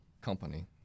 company